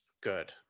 good